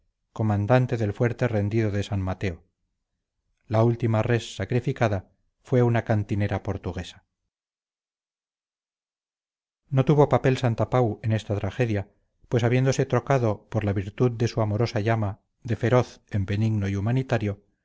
comandante del fuerte rendido de san mateo la última res sacrificada fue una cantinera portuguesa no tuvo papel santapau en esta tragedia pues habiéndose trocado por la virtud de su amorosa llama de feroz en benigno y humanitario